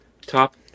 top